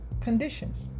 conditions